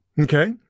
Okay